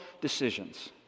decisions